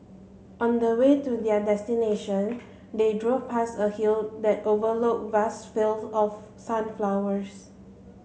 on the way to their destination they drove past a hill that overlooked vast field of sunflowers